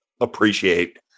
appreciate